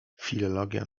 filologia